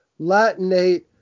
Latinate